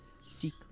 seek